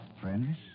Friends